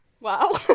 Wow